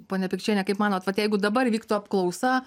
ponia pikčiene kaip manot vat jeigu dabar vyktų apklausa